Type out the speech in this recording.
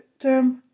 term